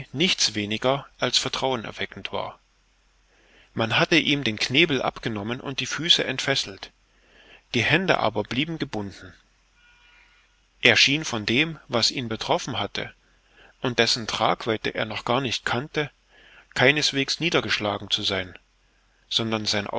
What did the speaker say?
nichts weniger als vertrauen erweckend war man hatte ihm den knebel abgenommen und die füße entfesselt die hände aber blieben gebunden er schien von dem was ihn betroffen hatte und dessen tragweite er noch gar nicht kannte keineswegs niedergeschlagen zu sein sondern sein